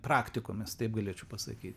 praktikomis taip galėčiau pasakyt